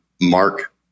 Mark